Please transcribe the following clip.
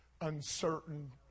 uncertain